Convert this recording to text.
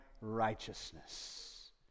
righteousness